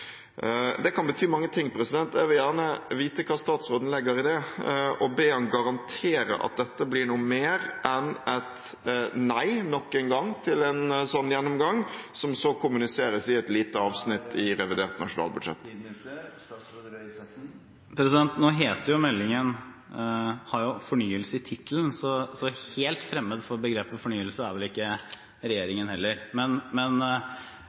Det kan bety mange ting. Jeg vil gjerne vite hva statsråden legger i det, og be ham garantere at dette blir noe mer enn et nei – nok en gang – til en slik gjennomgang, som så kommuniseres i et lite avsnitt i revidert nasjonalbudsjett. Meldingen har jo «fornyelse» i tittelen, så helt fremmed for begrepet «fornyelse» er vel ikke regjeringen heller. Men